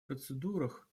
процедурах